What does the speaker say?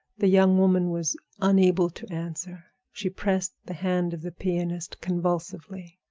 the young woman was unable to answer she pressed the hand of the pianist convulsively.